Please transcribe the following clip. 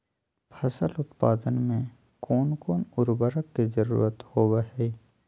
फसल उत्पादन में कोन कोन उर्वरक के जरुरत होवय हैय?